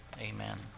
Amen